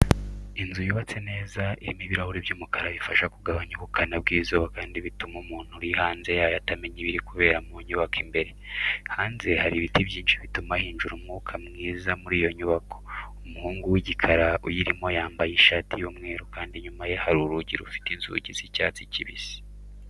Inzu yubatse neza irimo ibirahure by'umukara bifasha kugabanya ubukana bw'izuba kandi bituma umuntu uri hanze yayo atamenya ibiri kubera mu nyubako imbere. Hanze hari ibiti byinshi bituma hinjira umwuka mwiza muri iyi nyubako. Umuhungu w'igikara uyirimo yambaye ishati y'umweru kandi inyuma ye hari urugi rufite inzugi z'icyatsi kibisi.